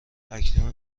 اکنون